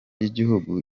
y’igihugu